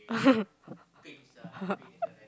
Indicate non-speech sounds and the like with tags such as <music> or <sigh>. <laughs>